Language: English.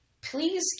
Please